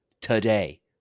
today